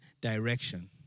direction